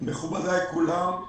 מכובדי כולם,